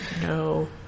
No